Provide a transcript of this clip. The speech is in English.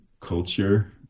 culture